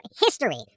history